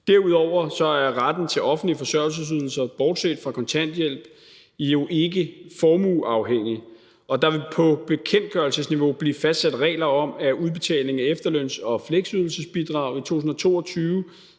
Derudover er retten til offentlige forsørgelsesydelser – bortset fra kontanthjælp – jo ikke formueafhængige, og der vil på bekendtgørelsesniveau blive fastsat regler om, at udbetalingen af efterløns- og fleksydelsesbidrag i 2022,